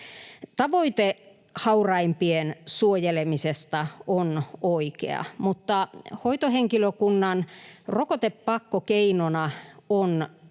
Tavoite hauraimpien suojelemisesta on oikea, mutta hoitohenkilökunnan rokotepakko keinona on